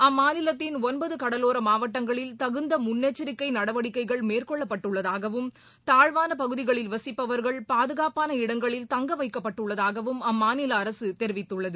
அம்மாநிலத்தின் ஒன்பதுகடலோரமாவட்டங்களில் தகுந்தமுன்னெச்சரிக்கைநடவடிக்கைகள் மேற்கொள்ளப்பட்டுள்ளதாகவும் தாழ்வானபகுதிகளில் வசிப்பவர்கள் பாதுகாப்பான இடங்களில் தங்கவைக்கப்பட்டுள்ளதாகவும் அம்மாநிலஅரசுதெரிவித்துள்ளது